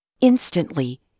Instantly